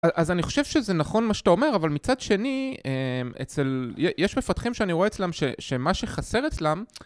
אז אני חושב שזה נכון מה שאתה אומר, אבל מצד שני אצל... יש מפתחים שאני רואה אצלם שמה שחסר אצלם...